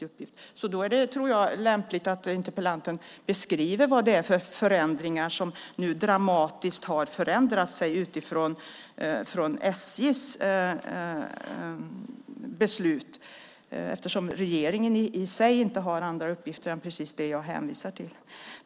Det vore därför lämpligt att interpellanten beskriver vad det är för dramatiska förändringar som SJ har gjort eftersom regeringen inte har andra uppgifter än dem jag precis hänvisade till.